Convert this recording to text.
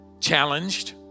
challenged